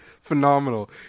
phenomenal